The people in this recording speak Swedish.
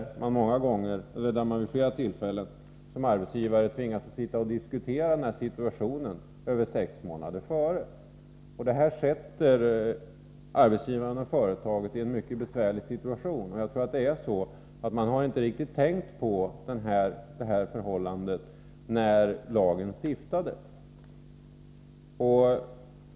Som arbetsgivare tvingas man därför vid flera tillfällen att sitta och diskutera denna situation sex månader innan den inträffar. Detta sätter arbetsgivarna och företagen i en mycket besvärlig situation. Jag tror att man inte riktigt tänkte på det här förhållandet när lagen stiftades.